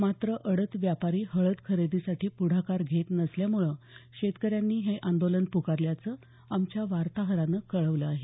मात्र अडत व्यापारी हळद खरेदीसाठी पुढाकार घेत नसल्यामुळं शेतकऱ्यांनी हे आंदोलन पुकारल्याचं आमच्या वार्ताहरानं कळवलं आहे